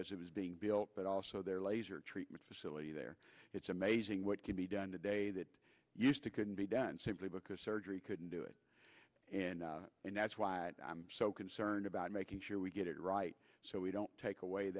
as it was being built but also their laser treatment facility there it's amazing what done today that used to couldn't be done simply because surgery couldn't do it and that's why i'm so concerned about making sure we get it right so we don't take away